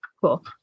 Cool